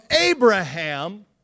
Abraham